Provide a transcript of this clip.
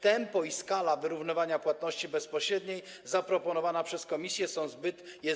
Tempo i skala wyrównywania płatności bezpośrednich zaproponowane przez Komisję są zbyt małe.